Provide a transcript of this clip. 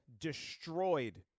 destroyed